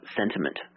sentiment